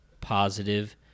positive